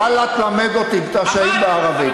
ואללה, תלמד אותי, את השהיד בערבית.